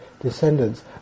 descendants